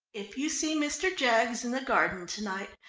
if you see mr. jaggs in the garden to-night,